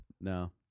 No